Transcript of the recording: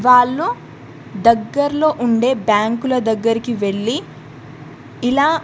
వాళ్ళు దగ్గరలో ఉండే బ్యాంకుల దగ్గరికి వెళ్ళి ఇలా